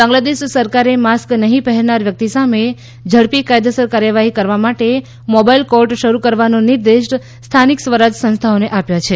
બાંગ્લાદેશ સરકારે માસ્ક નહીં પહેરનાર વ્યક્તિ સામે ઝડપી કાયદેસર કાર્યવાહી કરવા માટે મોબાઇલ કોર્ટ શરૂ કરવાનો નિર્દેશ સ્થાનિક સ્વરાજ સંસ્થાઓને આપ્યા છે